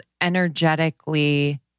energetically